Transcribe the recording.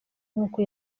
nk’uko